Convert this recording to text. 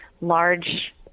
large